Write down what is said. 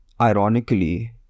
ironically